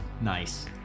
Nice